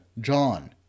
John